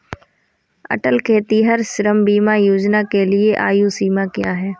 अटल खेतिहर श्रम बीमा योजना के लिए आयु सीमा क्या है?